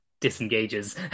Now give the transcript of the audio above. disengages